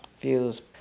views